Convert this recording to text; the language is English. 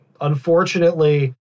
Unfortunately